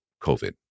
COVID